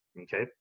Okay